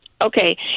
Okay